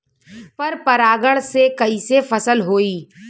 पर परागण से कईसे फसल होई?